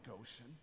Ocean